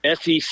SEC